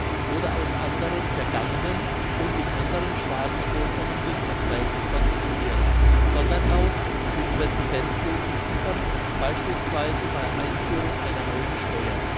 oder aus anderen vergangenen und in anderen staaten vorkommenden erträgen construirt sondern auch mit präcedenzlosen ziffern beispielsweise bei einführung einer neuen steuer